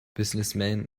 businessman